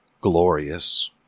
glorious